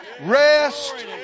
rest